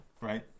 right